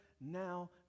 now